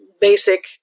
basic